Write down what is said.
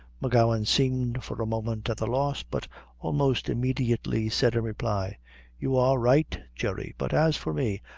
m'gowan seemed for a moment at a loss, but almost immediately said in reply you are right, jerry, but as for me,